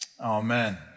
amen